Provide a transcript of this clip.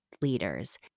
leaders